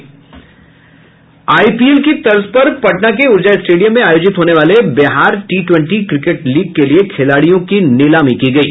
IPL की तर्ज पर पटना के ऊर्जा स्टेडियम में आयोजित होने वाले Bihar T twenty cricket league के लिये खिलाड़ियों की नीलामी की गयी